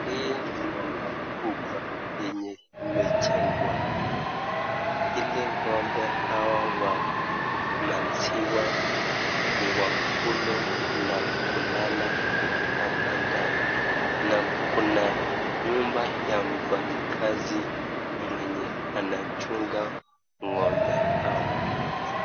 Hii ni nyumba kubwa yenye imejengwa hili ngo'mbe hawa wa maziwa wakule na kulala hapa ndani na Kuna nyumba ya mfanyikazi mwenye anachunga ngo'mbe hawa.